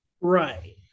right